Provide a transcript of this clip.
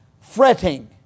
fretting